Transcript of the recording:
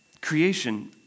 creation